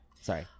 Sorry